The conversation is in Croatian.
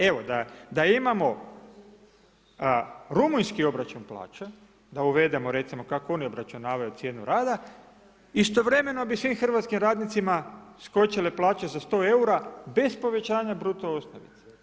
Evo, da imamo rumunjski obračun plaća, da uvedemo recimo kako oni obračunavaju cijenu rada istovremeno bi svim hrvatskim radnicima skočile plaće za 100 eura bez povećanja bruto osnovice.